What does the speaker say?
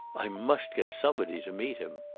i must get somebody to meet him.